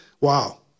Wow